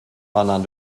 pendant